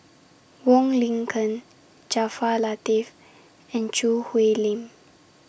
Wong Lin Ken Jaafar Latiff and Choo Hwee Lim